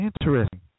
Interesting